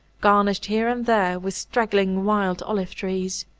garnished here and there with straggling wild olive-trees.